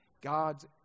God's